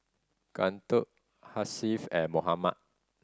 Guntur Hasif and Muhammad